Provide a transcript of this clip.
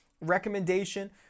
recommendation